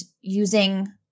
using